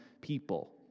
people